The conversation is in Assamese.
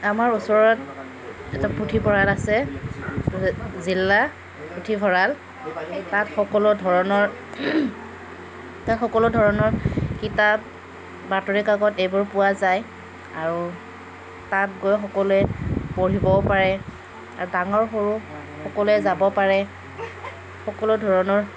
আমাৰ ওচৰত এটা পুথিভঁৰাল আছে জিলা পুথিভঁৰাল তাত সকলো ধৰণৰ তাত সকলো ধৰণৰ কিতাপ বাতৰিকাকত এইবোৰ পোৱা যায় আৰু তাত গৈ সকলোৱে পঢ়িবও পাৰে আৰু ডাঙৰ সৰু সকলোৱে যাব পাৰে সকলো ধৰণৰ